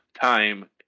time